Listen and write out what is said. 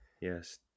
Yes